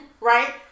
right